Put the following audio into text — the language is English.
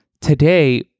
Today